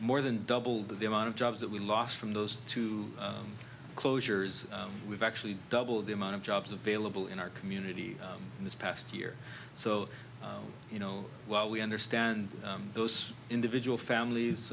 more than doubled the amount of jobs that we lost from those two closures we've actually doubled the amount of jobs available in our community in this past year so you know while we understand those individual families